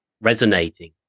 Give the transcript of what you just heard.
resonating